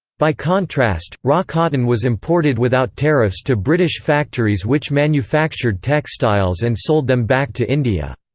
by contrast, raw cotton was imported without tariffs to british factories which manufactured textiles and sold them back to india.